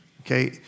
Okay